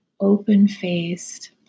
Open-faced